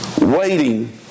waiting